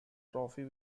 trophy